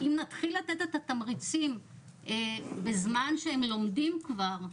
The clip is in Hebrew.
אם נתחיל לתת את התמריצים בזמן שהם לומדים כבר,